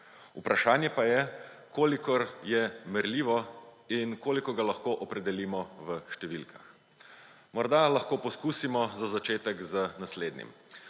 Vprašanje pa je, koliko je merljivo in koliko ga lahko opredelimo v številkah. Morda lahko poizkusimo za začetek z naslednjim.